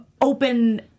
open